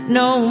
no